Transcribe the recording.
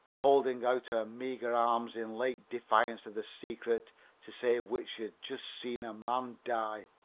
holding out her meagre arms in late defence of the secret to save which she had just seen a man die.